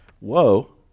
Whoa